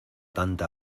tanta